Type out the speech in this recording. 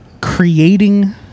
Creating